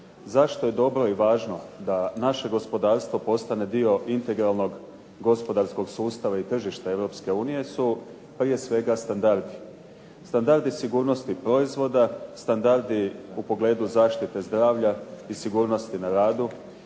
zašto je dobro i važno da naše gospodarstvo postane dio integralnog gospodarskog sustava i tržišta Europske unije su prije svega standardi, standardi sigurnosti i proizvoda, standardi u pogledu zaštite zdravlja i sigurnosti na radu,